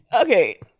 okay